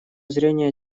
зрения